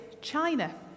China